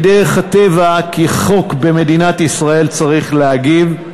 מדרך הטבע, כי יש חוק במדינת ישראל, צריך להגיב.